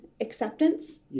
acceptance